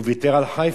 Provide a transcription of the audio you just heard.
הוא ויתר על חיפה,